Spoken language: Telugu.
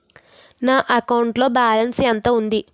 నా అకౌంట్ లో బాలన్స్ ఎంత ఉంది?